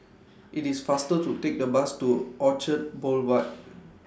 IT IS faster to Take The Bus to Orchard Boulevard